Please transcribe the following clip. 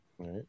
Right